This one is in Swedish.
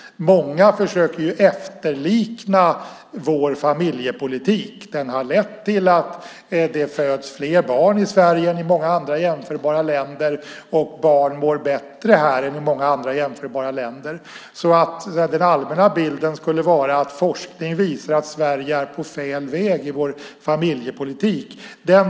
Många försöker efterlikna vår familjepolitik. Den har lett till att det föds fler barn i Sverige än i många andra jämförbara länder, och barn mår bättre här än i många andra jämförbara länder. Jag köper inte att den allmänna bilden skulle vara att forskning visar att Sverige är på fel väg i familjepolitiken.